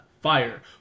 Fire